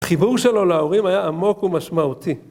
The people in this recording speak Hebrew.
החיבור שלו להורים היה עמוק ומשמעותי.